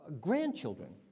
grandchildren